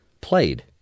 played